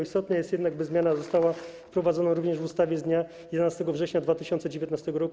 Istotne jest jednak, by zmiana została wprowadzona również w ustawie z dnia 11 września 2019 r.